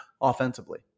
offensively